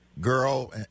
girl